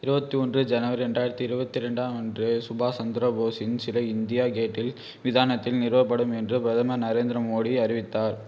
இருபத்தி ஒன்று ஜனவரி ரெண்டாயிரத்து இருபத்தி ரெண்டாம் அன்று சுபாஷ் சந்திர போஸின் சிலை இந்தியா கேட்டில் விதானத்தில் நிறுவப்படும் என்று பிரதமர் நரேந்திர மோடி அறிவித்தார்